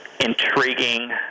intriguing